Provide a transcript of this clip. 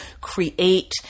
create